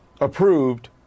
approved